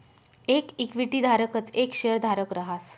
येक इक्विटी धारकच येक शेयरधारक रहास